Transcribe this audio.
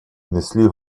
внесли